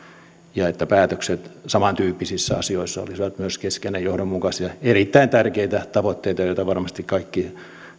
ja että päätökset samantyyppisissä asioissa olisivat myös keskenään johdonmukaisia erittäin tärkeitä tavoitteita jotka varmasti kaikki